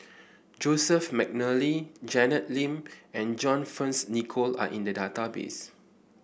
Joseph McNally Janet Lim and John Fearns Nicoll are in the database